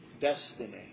destiny